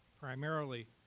primarily